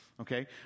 okay